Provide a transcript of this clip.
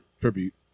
tribute